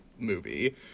movie